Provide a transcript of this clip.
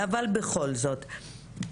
אבל בכל זאת,